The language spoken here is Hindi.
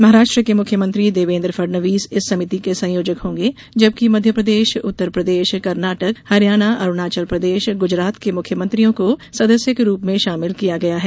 महाराष्ट्र के मुख्यमंत्री देवेन्द्र फडणवींस इस समिति के संयोजक होंगे जबकि मध्यप्रदेश उत्तर प्रदेश कर्नाटक हरियाणा अरूणाचल प्रदेश गुजरात के मुख्य मंत्रियों को सदस्य के रूप में शामिल किया गया हैं